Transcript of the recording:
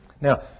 Now